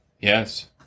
Yes